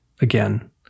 again